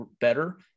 better